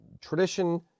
tradition